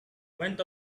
went